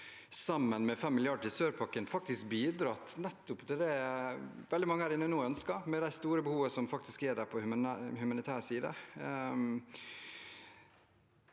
sammen med 5 mrd. kr i sør-pakken faktisk bidra til nettopp det veldig mange her inne nå ønsker, med de store behovene som er på humanitær side?